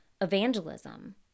evangelism